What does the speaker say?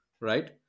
right